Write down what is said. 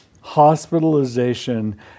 hospitalization